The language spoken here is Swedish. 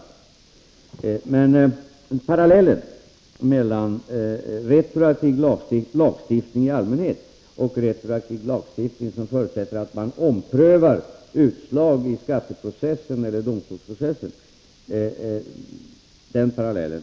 Det är alltså inte möjligt att dra en parallell mellan retroaktiv lagstiftning i allmänhet och retroaktiv lagstiftning som förutsätter att man omprövar utslag i domstolsprocessen.